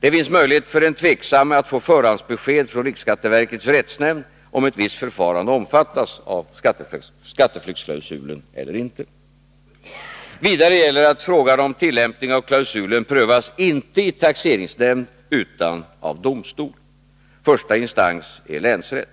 Det finns möjlighet för den tveksamme att få förhandsbesked från riksskatteverkets rättsnämnd om ett visst förfarande omfattas av skatteflyktsklausulen eller ej. Vidare gäller att frågan om tillämpning av klausulen inte prövas i taxeringsnämnden utan i domstol. Första instans är länsrätt.